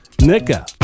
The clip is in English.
Nika